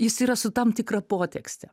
jis yra su tam tikra potekste